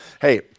hey